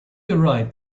arrived